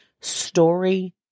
Story